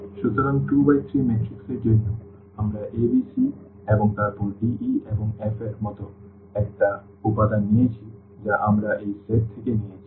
সুতরাং 2 by 3 matrix এর জন্য আমরা a b c এবং তারপর d e এবং f এর মতো একটি উপাদান নিয়েছি যা আমরা এই সেট থেকে নিয়েছি